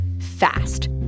fast